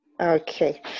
Okay